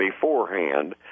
beforehand